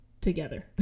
together